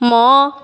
ମୋ